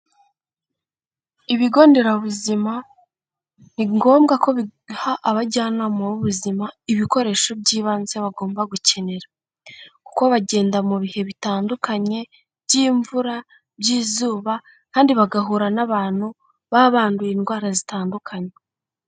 Ibigo nderabuzima ni ngombwa ko biha abajyanama b'ubuzima ibikoresho by'ibanze bagomba gukenera, kuko bagenda mu bihe bitandukanye by'imvura, by'izuba kandi bagahura n'abantu baba banduye indwara zitandukanye.